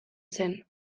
zen